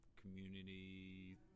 community